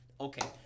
Okay